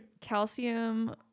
Calcium